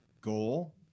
goal